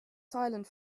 silent